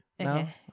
Okay